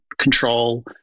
control